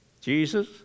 Jesus